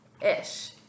Ish